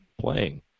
playing